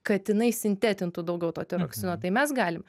kad inai sintetintų daugiau to tiroksino tai mes galim